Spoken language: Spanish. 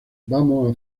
vamos